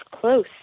close